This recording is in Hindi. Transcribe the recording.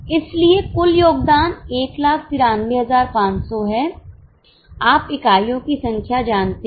इसलिए कुल योगदान 193500 है आप इकाइयों की संख्या जानते हैं